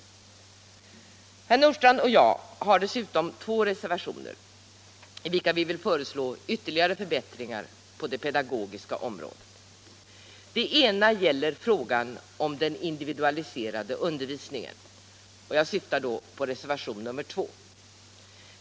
Fredagen den Herr Nordstrandh och jag har dessutom två reservationer, i vilka vi — 21 maj 1976 föreslår ytterligare förbättringar på det pedagogiska området. Den ena ——- reservationen 2 — gäller frågan om den individualiserade undervisning = Skolans inre arbete en.